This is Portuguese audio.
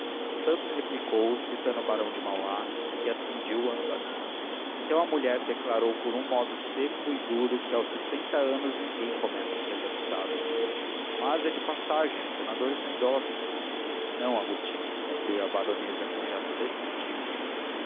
santos replicou citando o barão de mauá que as fundiu ambas então a mulher declarou por um modo seco e duro que aos sessenta anos ninguém começa a ser deputado mas é de passagem os senadores são idosos não agostinho concluiu a baronesa com um gesto definitivo